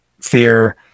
fear